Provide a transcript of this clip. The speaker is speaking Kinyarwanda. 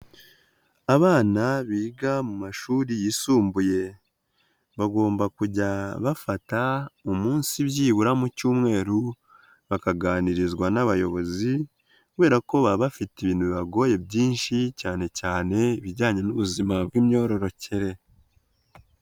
Abana biga mu mashuri yisumbuye, bagomba kujya bafata umunsi byibura mu cyumweru bakaganirizwa n'abayobozi kubera ko baba bafite ibintu bibagoye byinshi, cyane cyane ibijyanye n'ubuzima bw'imyororokere.